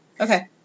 Okay